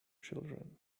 children